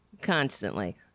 constantly